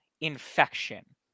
infection